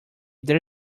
there